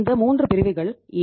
இந்த 3 பிரிவுகள் ஏ